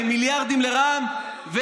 למיליארדים לרע"מ,